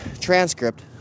transcript